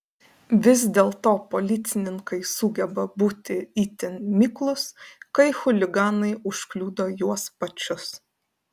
vis dėlto policininkai sugeba būti itin miklūs kai chuliganai užkliudo juos pačius